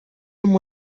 amb